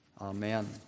Amen